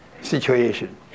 situation